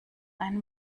ein